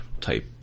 type